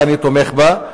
שאני תומך בה,